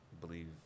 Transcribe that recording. believe